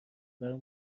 برام